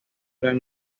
gran